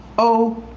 oh,